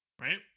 Right